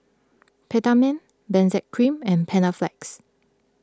Peptamen Benzac Cream and Panaflex